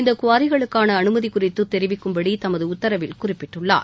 இந்த குவாரிகளுக்கான அனுமதி குறித்தும் தெரிவிக்கும்படி தமது உத்தரவில் குறிப்பிட்டுள்ளார்